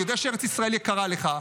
אני יודע שארץ ישראל יקרה לך.